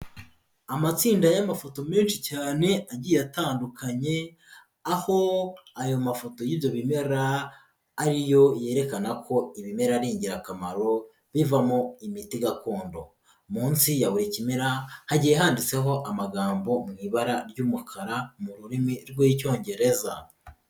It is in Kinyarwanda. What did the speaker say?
Amatsinda y'amafoto menshi cyane agiye atandukanye, aho ayo mafoto y'ibyo bimera ariyo yerekana ko ibimera ari ingirakamaro, bivamo imiti gakondo, munsi ya buri kimera hagiye handitseho amagambo mu ibara ry'umukara, mu rurimi rw'Icyongereza.